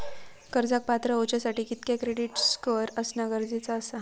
कर्जाक पात्र होवच्यासाठी कितक्या क्रेडिट स्कोअर असणा गरजेचा आसा?